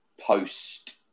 post